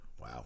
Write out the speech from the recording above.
Wow